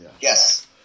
yes